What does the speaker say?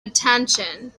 attention